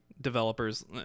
developers